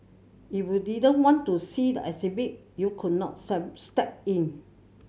if you didn't want to see the exhibit you could not step in